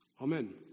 amen